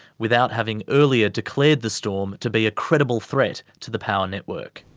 without having earlier declared the storm to be a credible threat to the power network.